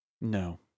No